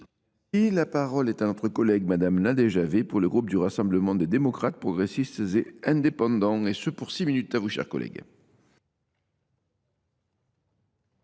Et la parole est à notre collègue Madame Nadejavé pour le groupe du Rassemblement des démocrates, progressistes et indépendants, et ce pour six minutes à vous, chers collègues.